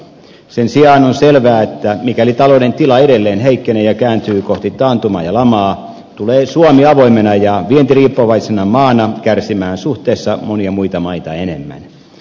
sen sijaan on selvää että mikäli talouden tila edelleen heikkenee ja kääntyy kohti taantumaa ja lamaa tulee suomi avoimena ja vientiriippuvaisena maana kärsimään suhteessa monia muita maita enemmän